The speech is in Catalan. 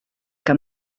que